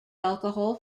alcohol